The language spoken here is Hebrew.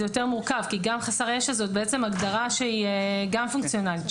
זה יותר מורכב כי גם חסר ישע זאת בעצם הגדרה שהיא גם פונקציונלית,